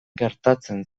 gertatzen